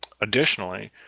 Additionally